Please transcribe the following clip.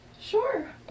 Sure